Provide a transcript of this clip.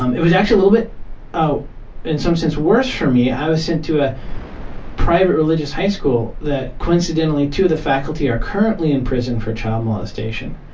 um it was actually a little bit in some sense worse for me. i was sent to a private religious high school that coincidentally two of the faculty are currently in prison for child molestation.